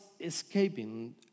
escaping